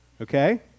Okay